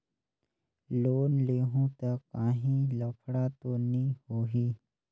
Loan लेहूं ता काहीं लफड़ा तो नी होहि?